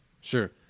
sure